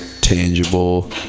tangible